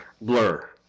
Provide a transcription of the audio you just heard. Blur